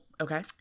okay